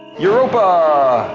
europa!